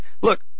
Look